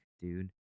dude